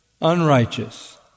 unrighteous